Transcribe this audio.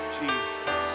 jesus